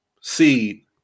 seed